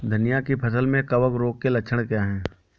धनिया की फसल में कवक रोग के लक्षण क्या है?